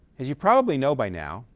as you probably know by now,